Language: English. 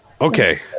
Okay